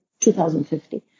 2050